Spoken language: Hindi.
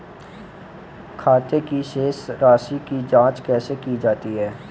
खाते की शेष राशी की जांच कैसे की जाती है?